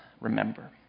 remember